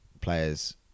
players